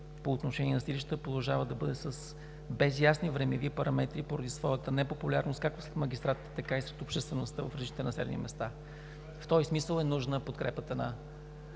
по отношение на съдилищата продължава да бъде без ясни времеви параметри поради своята непопулярност както сред магистратите, така и сред обществеността в различните населени места. В този смисъл е нужна подкрепата на